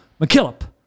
mckillop